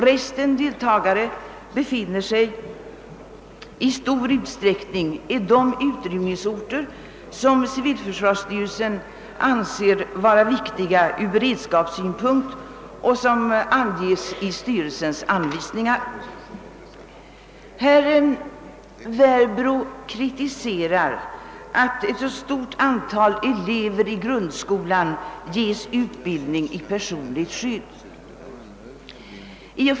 Resten befinner sig i stor utsträckning i de utrymningsorter som civilförsvarsstyrelsen anser vara viktiga från beredskapssynpunkt och som anges i styrelsens anvisningar. Herr Werbro kritiserar att ett så stort antal elever i grundskolan ges utbildning i personligt skydd.